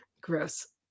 Gross